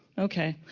okay.